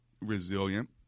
resilient